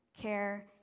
care